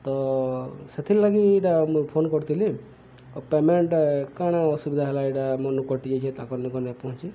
ତ ସେଥିର୍ଲାଗି ଏଇଟା ମୁଁ ଫୋନ କରିଥିଲି ଆଊ ପେମେଣ୍ଟ କାଣା ଅସୁବିଧା ହେଲା ଏଇଟା ମନକୁ କଟିଯାଇଛି ତାଙ୍କର ନେକେ ନାଇଁ ପହଞ୍ଚି